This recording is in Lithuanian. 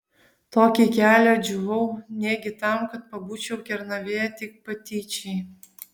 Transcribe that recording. tokį kelią džiūvau negi tam kad pabūčiau kernavėje tik patyčiai